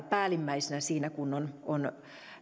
päällimmäisinä siinä kun on